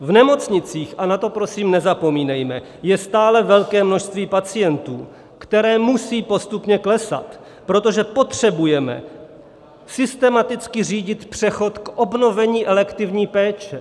V nemocnicích, a na to prosím nezapomínejme, je stále velké množství pacientů, které musí postupně klesat, protože potřebujeme systematicky řídit přechod k obnovení elektivní péče.